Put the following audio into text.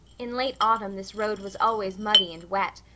in late autumn this road was always muddy and wet,